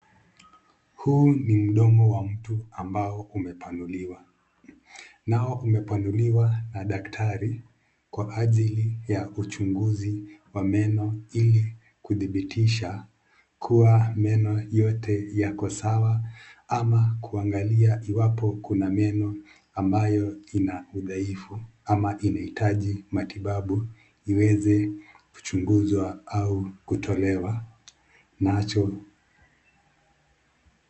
Huu ni mdomo wa mtu ambao umepanuliwa. Nao umepanuliwa na daktari kwa ajili wa uchunguzi wa meno, ili kudhibitisha kuwa meno yote yako sawa ama kuangalia iwapo Kuna meno ambayo Ina udhaifu, ama inaitaji matibabu iweze kuchunguzwa au kutolewa.